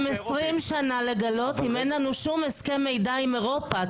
עשרים שנה לגלות אם אין לנו שום הסכם מידע עם אירופה.